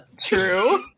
True